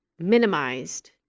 minimized